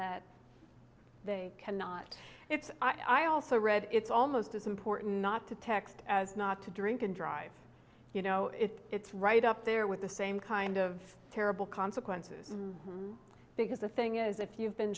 that they cannot it's i also read it's almost as important not to text as not to drink and drive you know if it's right up there with the same kind of terrible consequences because the thing is if you've been